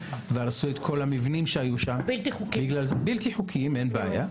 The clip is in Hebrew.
והרסו את כל המבנים הבלתי חוקיים שהיו שם.